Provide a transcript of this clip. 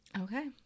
Okay